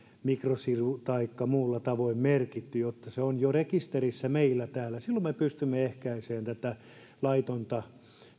mikrosirulla taikka muulla tavoin merkitty jotta se on jo rekisterissä meillä täällä silloin me pystymme ehkäisemään tätä laitonta